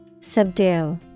Subdue